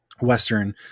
Western